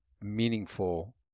meaningful